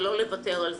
לא לוותר על זה.